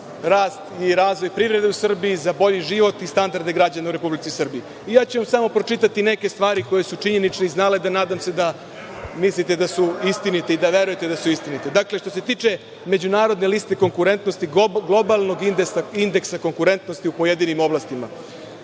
i razvoj privrede u Srbiji, za bolji život i standarde građana u Republici Srbiji. Ja ću vam samo pročitati neke stvari koje su činjenične iz NALED-a i nadam se da mislite da su istinite i da verujete da su istinite. Dakle, što se tiče međunarodne liste konkurentnosti, globalnog indeksa konkurentnosti u pojedinim oblastima,